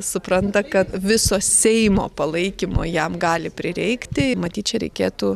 supranta kad viso seimo palaikymo jam gali prireikti matyt čia reikėtų